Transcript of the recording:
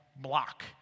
block